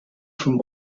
from